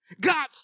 God